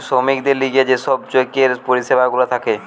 শ্রমিকদের লিগে যে সব চেকের পরিষেবা গুলা থাকে